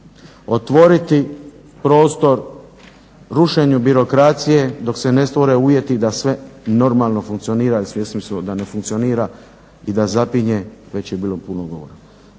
otvoriti prostor rušenju birokracije dok se ne stvore uvjeti da sve normalno funkcionira jer svjesni su da ne funkcionira